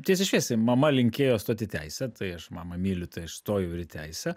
tiesiai šviesiai mama linkėjo stot į teisę tai aš mamą myliu tai aš stojau ir į teisę